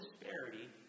disparity